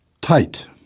Tight